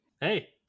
Hey